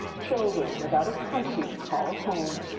children, without a country to call home.